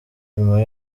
nyuma